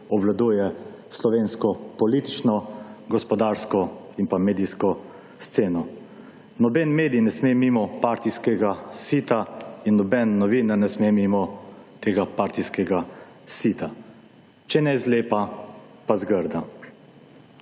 obvladuje slovensko politično, gospodarsko in pa medijsko sceno. Noben medij ne sme mimo partijskega sita in noben novinar ne sme mimo tega partijskega sita. Če ne zlepa pa zgrda.